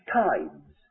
times